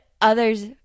others